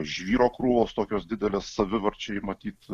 žvyro krūvos tokios didelės savivarčiai matyt